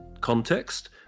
context